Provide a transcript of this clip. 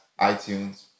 iTunes